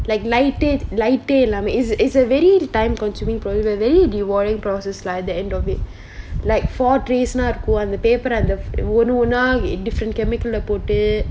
like lighter lighter lah I mean it's a it's a very time consuming process very rewarding process lah the end of it like for treason ah இருக்கும் அந்த:irukkum antha paper அந்த ஒன்னு ஒன்னா:antha onnu onna different chemical ah போட்டு:pottu